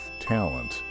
talent